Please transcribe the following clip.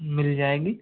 मिल जाएगी